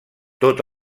tot